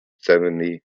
seventy